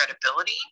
credibility